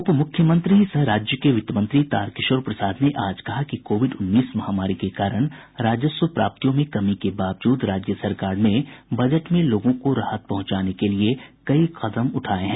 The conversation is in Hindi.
उप मुख्यमंत्री सह राज्य के वित्त मंत्री तारकिशोर प्रसाद ने आज कहा कि कोविड उन्नीस महामारी के कारण राजस्व प्राप्तियों में कमी के बावजूद राज्य सरकार ने बजट में लोगों को राहत पहुंचाने के लिये कई कदम उठाये हैं